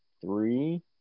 Three